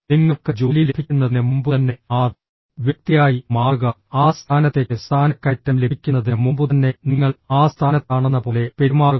നിങ്ങൾക്ക് ജോലി ലഭിക്കുന്നതിന് മുമ്പുതന്നെ ആ വ്യക്തിയായി മാറുക ആ സ്ഥാനത്തേക്ക് സ്ഥാനക്കയറ്റം ലഭിക്കുന്നതിന് മുമ്പുതന്നെ നിങ്ങൾ ആ സ്ഥാനത്താണെന്നപോലെ പെരുമാറുക